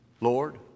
Lord